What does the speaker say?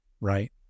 right